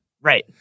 Right